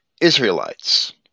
Israelites